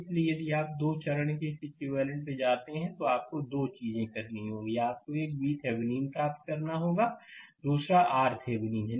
इसलिए यदि आप 2 चरण के इस इक्विवेलेंट जाते हैं तो आपको 2 चीजें करनी होंगी आपको एक VThevenin प्राप्त करना होगा दूसरा RThevenin है